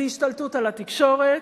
זה השתלטות על התקשורת,